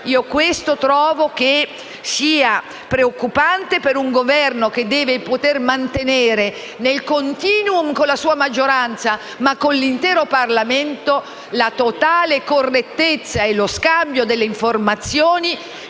corruzione. Trovo che ciò sia preoccupante per un Governo che deve poter mantenere, nel rapporto con la sua maggioranza e con l'intero Parlamento, la totale correttezza e uno scambio di informazioni